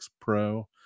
Pro